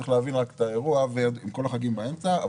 צריך להבין את האירוע, ועם כל החגים באמצע.